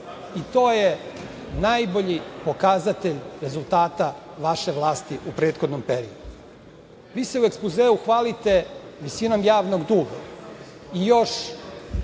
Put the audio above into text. I to je najbolji pokazatelj rezultata vaše vlasti u prethodnom periodu. Vi se u ekspozeu hvalite visinom javnog duga